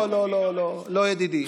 לא, לא, לא, ידידי.